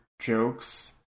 jokes